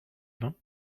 vin